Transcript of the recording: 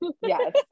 yes